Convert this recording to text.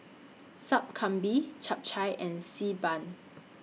Sup Kambing Chap Chai and Xi Ban